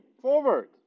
forward